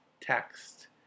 text